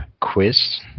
quiz